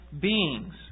beings